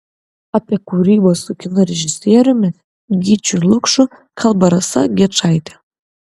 apie kūrybą su kino režisieriumi gyčiu lukšu kalba rasa gečaitė